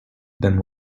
then